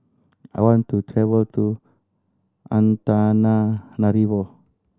I want to travel to Antananarivo